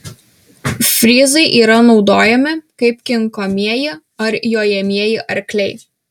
fryzai yra naudojami kaip kinkomieji ar jojamieji arkliai